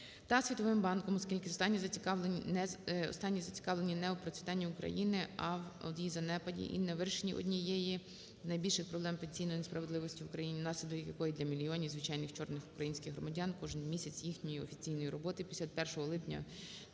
та Світовим Банком, оскільки останні зацікавленні не у процвітанні України, а в її занепаді і в не вирішенні однієї з найбільших проблем пенсійної несправедливості в Україні, внаслідок якої для мільйонів звичайних "чорних" українських громадян кожен місяць їхньої офіційної роботи після